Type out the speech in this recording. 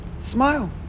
Smile